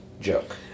Joke